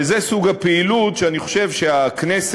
וזה סוג הפעילות שאני חושב שהכנסת,